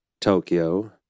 Tokyo